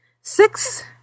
six